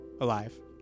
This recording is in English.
alive